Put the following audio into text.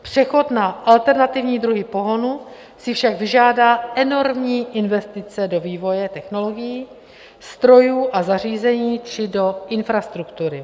Přechod na alternativní druhy pohonu si však vyžádá enormní investice do vývoje technologií, strojů a zařízení či do infrastruktury.